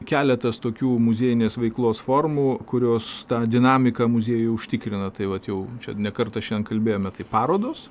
keletas tokių muziejinės veiklos formų kurios tą dinamiką muziejuje užtikrina tai vat jau čia ne kartą šian kalbėjome tai parodos